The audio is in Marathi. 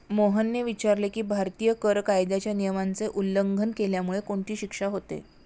मोहनने विचारले की, भारतीय कर कायद्याच्या नियमाचे उल्लंघन केल्यामुळे कोणती शिक्षा होते?